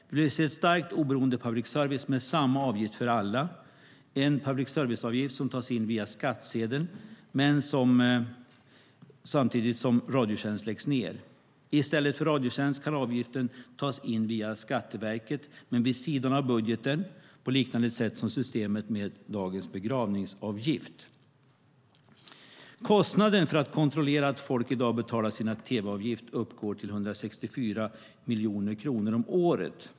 Vi vill se ett starkt och oberoende public service med samma avgift för alla, en public service-avgift som tas in via skattsedeln, samtidigt som Radiotjänst läggs ned. I stället för via Radiotjänst kan avgiften tas in av Skatteverket, men vid sidan av budgeten, på liknande sätt som systemet med dagens begravningsavgift. Kostnaderna för att kontrollera att folk i dag betalar sin tv-avgift uppgår till 164 miljoner kronor om året.